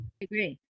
agree